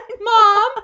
Mom